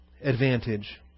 Advantage